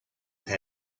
than